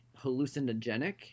hallucinogenic